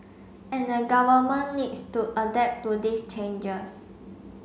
and the Government needs to adapt to these changes